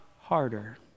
harder